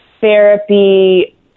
therapy